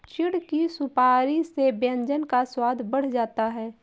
चिढ़ की सुपारी से व्यंजन का स्वाद बढ़ जाता है